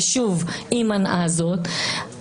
הבחירות האלה זה בחירה בין השפיות והאמת לבין ההסתה והשקר.